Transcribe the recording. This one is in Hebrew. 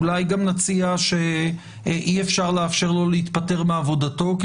אולי גם נציע שאי אפשר לאפשר לו להתפטר מעבודתו ב-75 הימים